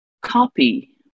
copy